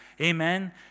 Amen